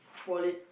wallet